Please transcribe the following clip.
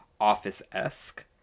office-esque